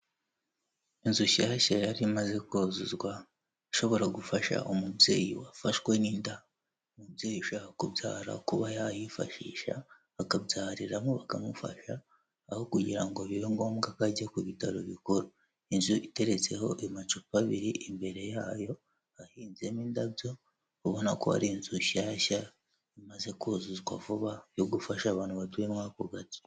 Inzu nshyashya yari imaze kuzuzwa ishobora gufasha umubyeyi wafashwe n'inda, umubyeyi ushaka kubyara kuba yayifashisha akabyariramo bakamufasha aho kugira ngo biba ngombwa ko ajya ku bitaro bikuru inzu iteretseho amacupa abiri imbere yayo ahinzemo indabyo ubona ko hari inzu nshyashya imaze kuzuzwa vuba yo gufasha abantu batuye muri ako gace.